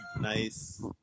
Nice